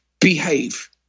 behave